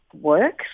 works